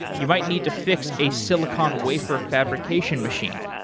you might need to fix a silicon wafer fabrication machine.